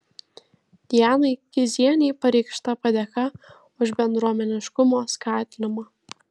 dianai kizienei pareikšta padėka už bendruomeniškumo skatinimą